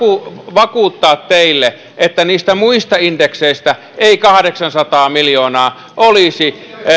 vakuuttaa teille että niistä muista indekseistä ei kahdeksansataa miljoonaa olisi